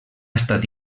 estat